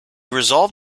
resolved